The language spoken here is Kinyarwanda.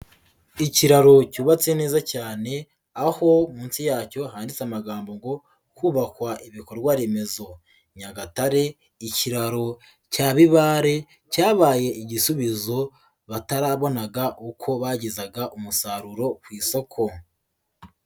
Ikiraro cyubatse neza cyane aho munsi yacyo handitse amagambo ngo kubakwawa ibikorwa remezo, Nyagatare ikiraro cya bibare cyabaye igisubizo, batarabonaga uko bagezaga umusaruro ku isoko.